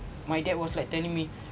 my dad was like telling me